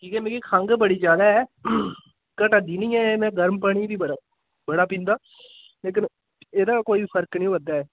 ठीक ऐ मिकी खंघ बड़ी ज्यादा ऐ घटै दी नेईं ऐ मैं गर्म पानी बी बड़ा बड़ा पींदा लेकिन एह्दा कोई फर्क नेई होआ दा ऐ